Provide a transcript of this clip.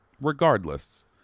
regardless